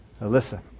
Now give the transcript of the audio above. Alyssa